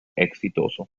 exitoso